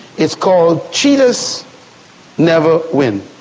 it's called cheaters never win.